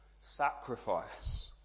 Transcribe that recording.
Sacrifice